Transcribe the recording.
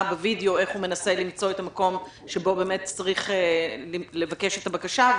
בווידיאו איך הוא מנסה למצוא את המקום שבו באמת צריך לבקש את הבקשה.